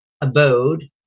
abode